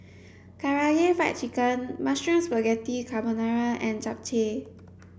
Karaage Fried Chicken Mushroom Spaghetti Carbonara and Japchae